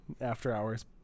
after-hours